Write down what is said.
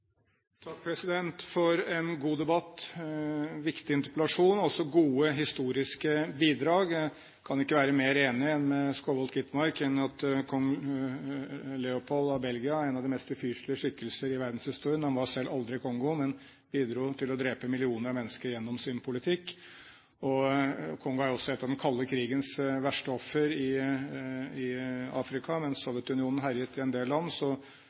Takk for en god debatt, en viktig interpellasjon og gode historiske bidrag. Jeg kan ikke være mer enig med Skovholt Gitmark i at kong Leopold av Belgia var en av de mest ufyselige skikkelser i verdenshistorien. Han var selv aldri i Kongo, men bidro til å drepe millioner av mennesker gjennom sin politikk. Kongo er også et av den kalde krigens verste offer i Afrika. Mens Sovjetunionen herjet i en del land,